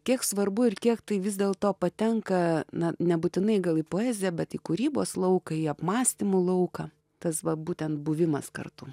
kiek svarbu ir kiek tai vis dėl to patenka na nebūtinai gal į poeziją bet į kūrybos lauką į apmąstymų lauką tas va būten buvimas kartu